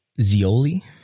Zioli